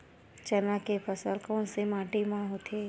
चना के फसल कोन से माटी मा होथे?